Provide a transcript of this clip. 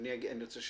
רוצה שתקשיב: